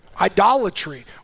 idolatry